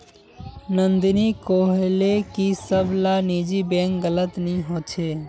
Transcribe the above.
नंदिनी कोहले की सब ला निजी बैंक गलत नि होछे